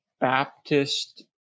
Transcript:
Baptist